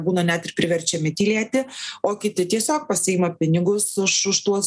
būna net ir priverčiami tylėti o kiti tiesiog pasiima pinigus už už tuos